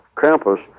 campus